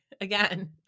Again